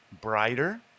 brighter